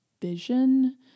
vision